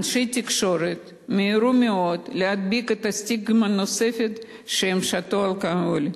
אנשי תקשורת מיהרו מאוד להדביק את הסטיגמה הנוספת שהם שתו אלכוהול.